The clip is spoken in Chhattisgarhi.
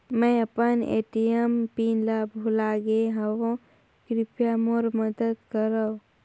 मैं अपन ए.टी.एम पिन ल भुला गे हवों, कृपया मोर मदद करव